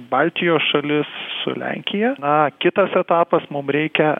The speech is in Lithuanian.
baltijos šalis su lenkija na kitas etapas mum reikia